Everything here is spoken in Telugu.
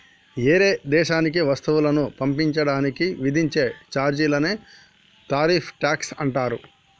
ఏరే దేశానికి వస్తువులను పంపించడానికి విధించే చార్జీలనే టారిఫ్ ట్యాక్స్ అంటారు